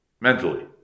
Mentally